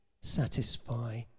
satisfy